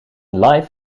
live